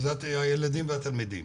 הילדים והתלמידים.